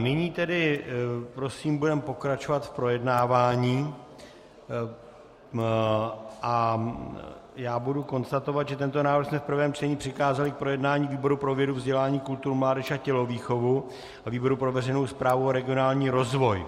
Nyní tedy budeme pokračovat v projednávání a já budu konstatovat, že tento návrh jsme v prvém čtení přikázali k projednání výboru pro vědu, vzdělání, kulturu, mládež a tělovýchovu a výboru pro veřejnou správu a regionální rozvoj.